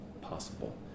possible